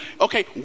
Okay